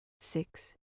six